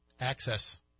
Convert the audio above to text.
access